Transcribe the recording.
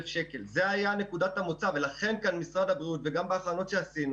שקל זו הייתה נקודת המוצא ולכן משרד הבריאות וגם בהכנות שעשינו